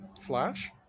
Flash